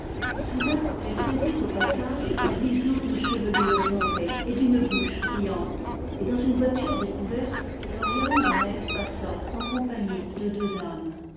soudain elle saisit au passage la vision d'une chevelure dorée et d'une bouche riante et dans une voiture découverte dorian gray passa en compagnie de deux dames